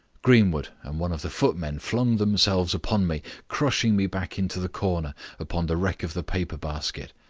greenwood and one of the footmen flung themselves upon me, crushing me back into the corner upon the wreck of the paper basket.